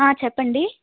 చెప్పండి